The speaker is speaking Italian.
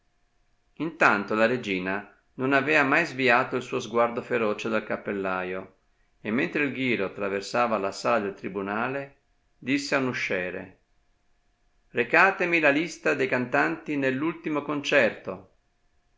intanto la regina non avea mai sviato il suo sguardo feroce dal cappellaio e mentre il ghiro traversava la sala del tribunale disse ad un usciere recatemi la lista de cantanti nell'ultimo concerto